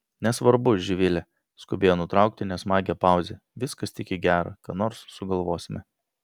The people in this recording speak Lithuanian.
nesvarbu živile skubėjo nutraukti nesmagią pauzę viskas tik į gera ką nors sugalvosime